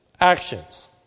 actions